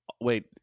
Wait